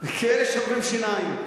יש כאלה ששוברים שיניים.